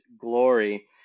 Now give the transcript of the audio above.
glory